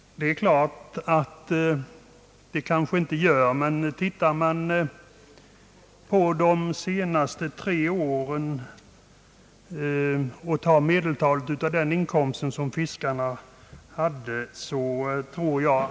Utgår man från medelinkomsten under de tre senaste åren bör dock ersättningen bli tillräcklig.